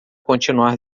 continuar